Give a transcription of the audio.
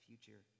future